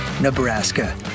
Nebraska